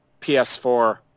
ps4